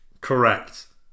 Correct